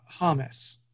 Hamas